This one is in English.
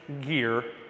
gear